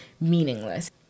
meaningless